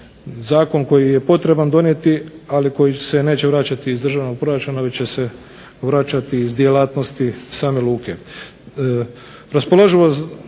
zakon koji je potreban donijeti ali koji će se neće vraćati iz državnog proračuna, već će se vraćati iz djelatnosti same luke.